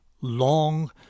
long